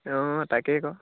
অঁ তাকেই কওঁ